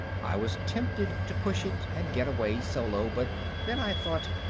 i was tempted to push it and get away solo, but then i thought,